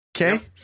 Okay